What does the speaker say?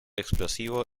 explosivo